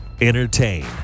entertain